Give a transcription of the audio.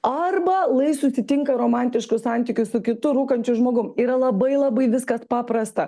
arba lai susitinka romantiškus santykius su kitu rūkančiu žmogum yra labai labai viskas paprasta